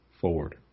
forward